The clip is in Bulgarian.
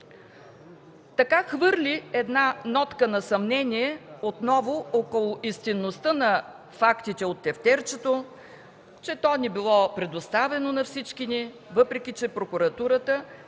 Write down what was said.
хвърли една нотка на съмнение отново около истинността на фактите от тефтерчето, че то не било представено на всички ни, въпреки че прокуратурата